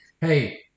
Hey